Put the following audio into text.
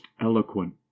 eloquent